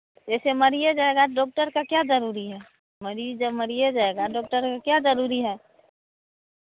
जैसे मरिये जाएगा तो डॉक्टर का क्या ज़रूरी है मरीज़ जब मरिये जाएगा डॉक्टर का क्या ज़रूरी है